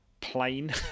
plain